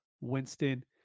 Winston